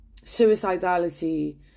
suicidality